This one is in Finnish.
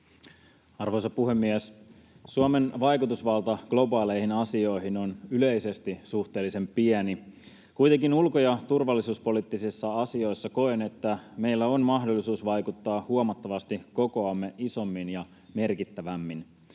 Arvoisa puhemies! Suomen vaikutusvalta globaaleihin asioihin on yleisesti suhteellisen pieni. Kuitenkin ulko‑ ja turvallisuuspoliittisissa asioissa koen, että meillä on mahdollisuus vaikuttaa huomattavasti kokoamme isommin ja merkittävämmin.